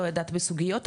בסוגיות אחרות,